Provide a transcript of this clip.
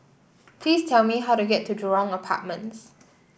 please tell me how to get to Jurong Apartments